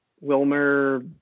Wilmer